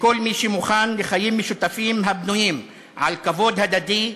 לכל מי שמוכן לחיים משותפים הבנויים על כבוד הדדי,